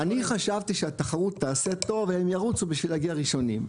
אני חשבתי שהתחרות תעשה טוב והם ירוצו בשביל להגיע ראשונים,